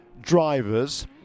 drivers